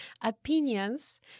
opinions